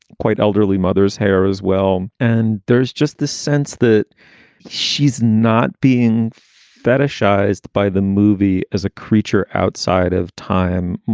quite elderly mother's hair as well. and there's just this sense that she's not being fetishized by the movie as a creature outside of time,